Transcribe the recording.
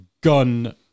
gun